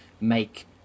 make